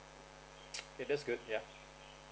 that's good yeah